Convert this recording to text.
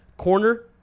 corner